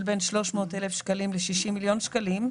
בין 300 אלף שקלים ו-60 מיליון שקלים,